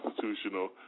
Constitutional